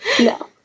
No